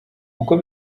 uko